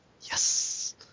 Yes